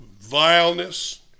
vileness